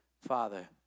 Father